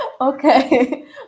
okay